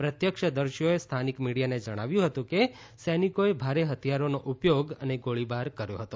પ્રત્યક્ષ દર્શીઓએ સ્થાનિક મીડિયાને જણાવ્યું હતું કે સૈનિકોએ ભારે હથિયારોનો ઉપયોગ અને ગોળીબાર કર્યો હતો